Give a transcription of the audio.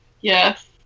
yes